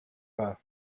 her